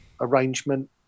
arrangement